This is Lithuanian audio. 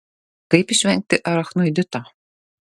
kaip išvengti arachnoidito